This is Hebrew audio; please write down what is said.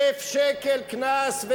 1,000 שקל קנס,